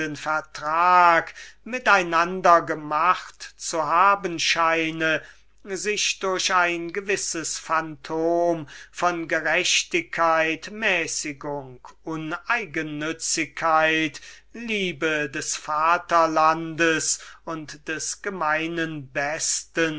mit einander gemacht zu haben scheine sich durch den namen und ein gewisses phantom von gerechtigkeit mäßigung uneigennützigkeit liebe des vaterlandes und des gemeinen besten